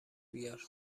بیار